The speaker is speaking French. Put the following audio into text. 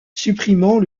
supprimant